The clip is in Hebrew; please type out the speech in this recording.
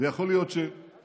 ויכול להיות שרבת-שנים,